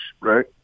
right